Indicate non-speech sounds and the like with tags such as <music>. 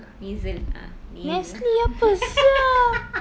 nasal ah nasal <noise>